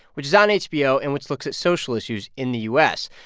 which is on hbo and which looks at social issues in the u s